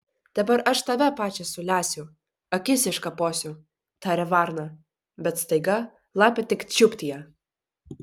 dabar aš tave pačią sulesiu akis iškaposiu tarė varna bet staiga lapė tik čiupt ją